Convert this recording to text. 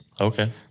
Okay